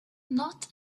not